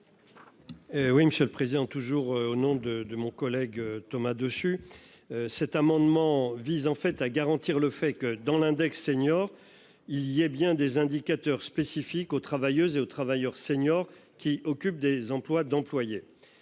Oui Monsieur le Président, toujours au nom de de mon collègue Thomas dessus. Cet amendement vise en fait à garantir le fait que dans l'index senior. Il y a bien des indicateurs spécifiques aux travailleuses et aux travailleurs seniors qui occupent des emplois d'employer.